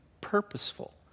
purposeful